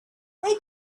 they